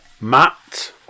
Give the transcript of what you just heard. Matt